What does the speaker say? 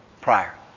prior